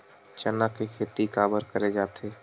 चना के खेती काबर करे जाथे?